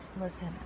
Listen